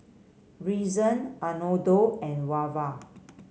Reason Arnoldo and Wava